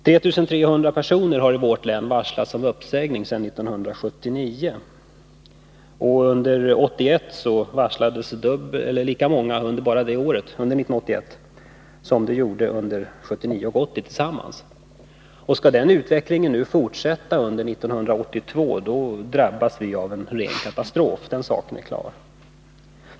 3 300 personer har i vårt län varslats om uppsägning sedan 1979, och bara under 1981 varslades lika många som under 1979 och 1980 tillsammans. Skall den utvecklingen fortsätta under 1982 drabbas vi av en ren katastrof — den saken är klar.